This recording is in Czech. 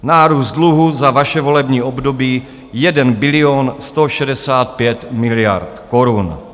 Nárůst dluhu za vaše volební období 1 bilion 165 miliard korun.